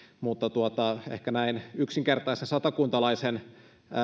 mutta näin yksinkertaisen satakuntalaisen